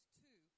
two